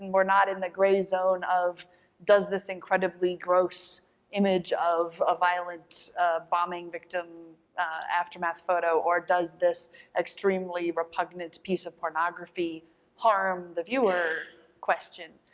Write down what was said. and not in the gray zone of does this incredibly gross image of a violent bombing victim aftermath photo, or does this extremely repugnant piece of pornography harm the viewer question.